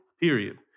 period